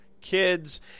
kids